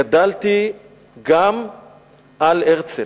גדלתי על הרצל.